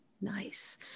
Nice